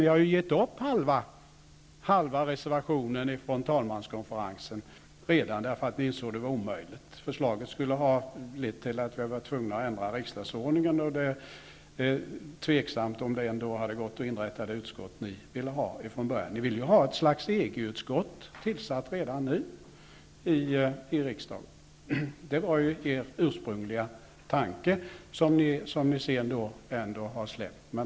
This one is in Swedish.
Ni har ju gett upp halva reservationen, därför att ni insåg att ert förslag var omöjligt. Om det blev bifallet skulle det leda till att vi tvingades ändra riksdagsordningen, och det är ändå tveksamt om det hade gått att inrätta det utskott som ni ville ha från början. Ni ville ju ha ett slags EG-utskott tillsatt redan nu. Det var er ursprungliga tanke, som ni sedan har släppt.